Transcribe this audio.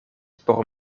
por